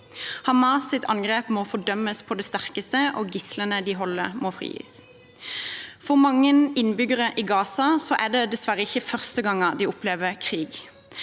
Hamas’ angrep må fordømmes på det sterkeste, og gislene de holder, må frigis. For mange innbyggere i Gaza er dette dessverre ikke første gangen de opplever krig,